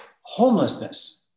Homelessness